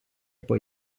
poi